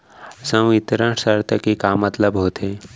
संवितरण शर्त के का मतलब होथे?